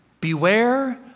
Beware